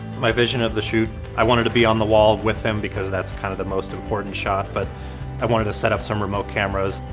my vision of the shoot i wanted to be on the wall with him because that's kind of the most important shot but i wanted to set up some remote cameras.